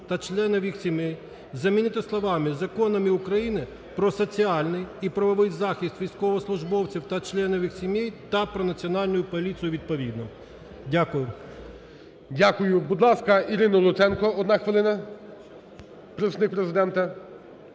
та членів їх сімей"" замінити словами "Законами України "Про соціальний і правовий захист військовослужбовців та членів їх сімей" та "Про Національну поліцію" відповідно. Дякую. ГОЛОВУЮЧИЙ. Дякую. Будь ласка, Ірина Луценко, одна хвилина. Представник Президента